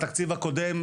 בתקציב הקודם,